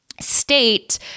state